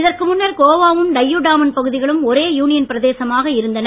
அதற்கு முன்னர் கோவாவும் டையூ டாமன் பகுதிகளும் ஒரே யூனியன் பிரதேசமாக இருந்தன